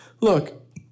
Look